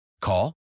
Call